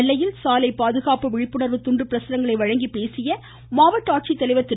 நெல்லையில் சாலை பாதுகாப்பு விழிப்புணர்வு துண்டு பிரசுரங்களை வழங்கி பேசிய மாவட்ட ஆட்சித்தலைவர் திரு